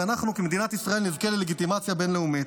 ואנחנו כמדינת ישראל נזכה ללגיטימציה בין-לאומית,